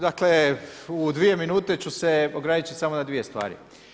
Dakle u dvije minute ću se ograničiti samo na dvije stvari.